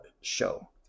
show